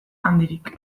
handirik